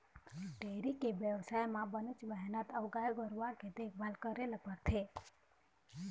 dairy के बेवसाय म बनेच मेहनत अउ गाय गरूवा के देखभाल करे ल परथे